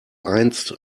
einst